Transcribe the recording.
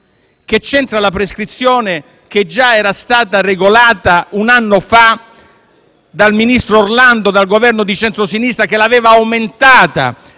che c'entra la prescrizione? Essa era stata già regolata un anno fa dal ministro Orlando, dal Governo di centrosinistra che l'aveva aumentata